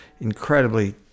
incredibly